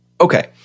Okay